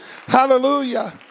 Hallelujah